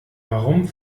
warum